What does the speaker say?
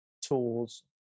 tools